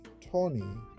Tony